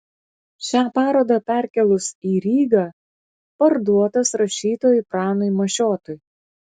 šią parodą perkėlus į rygą parduotas rašytojui pranui mašiotui